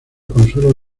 consuelo